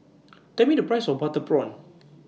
Tell Me The Price of Butter Prawn